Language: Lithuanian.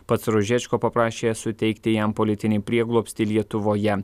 pats ružečko paprašė suteikti jam politinį prieglobstį lietuvoje